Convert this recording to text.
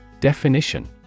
Definition